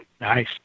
nice